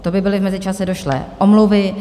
To by byly v mezičase došlé omluvy.